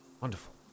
Wonderful